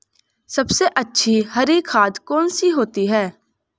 सबसे अच्छी हरी खाद कौन सी होती है?